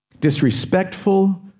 disrespectful